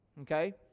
okay